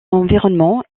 environnement